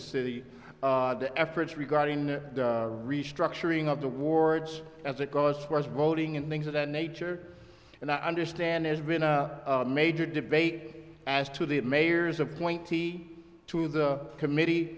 city the efforts regarding the restructuring of the wards as a cause for voting and things of that nature and i understand there's been a major debate as to the mayor's appointee to the committee